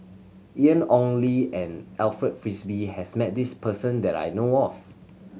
Ian Ong Li and Alfred Frisby has met this person that I know of